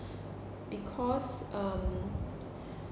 because um